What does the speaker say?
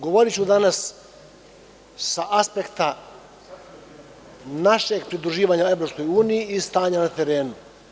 Govoriću danas sa aspekta našeg pridruživanja EU i stanja na terenu.